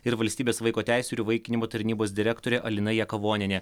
ir valstybės vaiko teisių ir įvaikinimo tarnybos direktorė alina jakavonienė